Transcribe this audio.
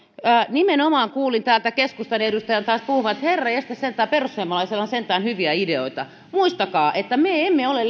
nimenomaan kuulin täältä keskustan edustajan taas puhuvan että herranjestas sentään perussuomalaisilla on sentään hyviä ideoita muistakaa että me emme ole